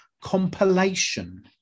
compilation